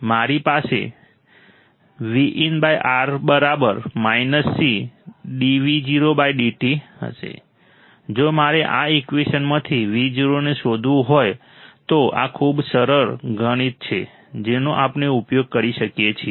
મારિ પાસે હશે vinR C dv0dt જો મારે આ ઈકવેશનમાંથી Vo ને શોધવું હોય તો આ ખૂબ જ સરળ ગણિત છે જેનો આપણે ઉપયોગ કરી શકીએ છીએ